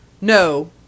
No